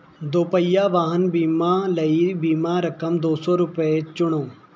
ਦੋਪਹੀਆ ਵਾਹਨ ਬੀਮਾ ਲਈ ਬੀਮਾ ਰਕਮ ਦੋ ਸੌ ਰੁਪਏ ਚੁਣੋ